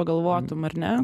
pagalvotum ar ne